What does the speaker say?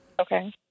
Okay